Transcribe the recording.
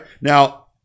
Now